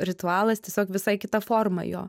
ritualas tiesiog visai kita forma jo